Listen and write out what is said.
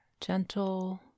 gentle